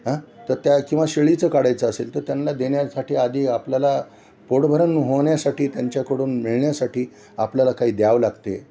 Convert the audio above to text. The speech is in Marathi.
हां तर त्या किंवा शेळीचं काढायचं असेल तर त्यांना देण्यासाठी आधी आपल्याला पोटभरण होण्यासाठी त्यांच्याकडून मिळण्यासाठी आपल्याला काही द्यावं लागते